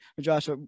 Josh